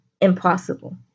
impossible